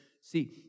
See